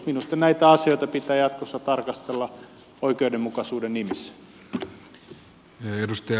minusta näitä asioita pitää jatkossa tarkastella oikeudenmukaisuuden nimissä